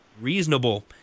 reasonable